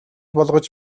болгож